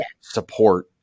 support